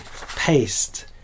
paste